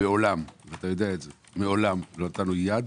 שמעולם לא תרים יד